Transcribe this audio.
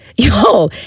Yo